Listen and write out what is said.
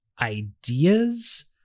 ideas